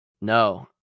No